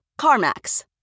CarMax